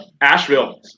Asheville